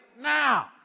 now